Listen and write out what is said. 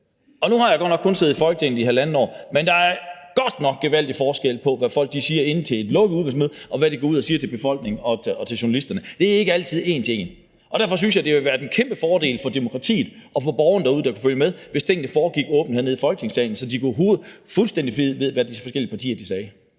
Nu har jeg godt nok kun siddet i Folketinget i halvandet år, men der er godt nok gevaldig forskel på, hvad folk siger på et lukket udvalgsmøde, og hvad de går ud og siger til befolkningen og til journalisterne. Det er ikke altid en til en. Derfor synes jeg, det ville være en kæmpefordel for demokratiet og for borgerne derude, der kan følge med, hvis tingene foregik åbent hernede i Folketingssalen, så de kunne få at vide, fuldstændig hvad de forskellige partier sagde.